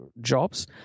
jobs